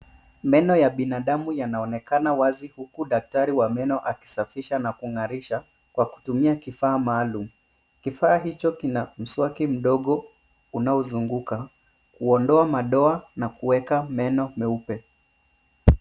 Meno ya binadamu yanaonekana wazi huku daktari wa meno akisafisha na kung'arisha kwa kutumia kifaa maalum. Kifaa hicho kina mswaki mdogo unaozunguka, kuondoa madoa na kuweka meno meupe.